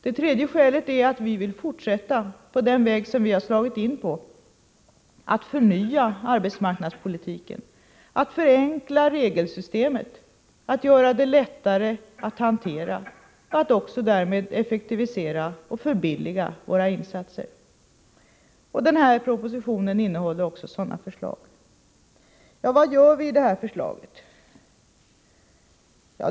Det tredje skälet är att vi vill fortsätta på den väg som vi har slagit in på, dvs. att förnya arbetsmarknadspolitiken, att förenkla regelsystemet och göra det lättare att hantera samt att därmed också effektivisera och förbilliga våra insatser. Denna proposition innehåller sådana förslag. Vad gör vi genom att lägga fram detta förslag?